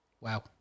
Wow